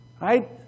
right